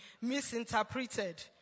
misinterpreted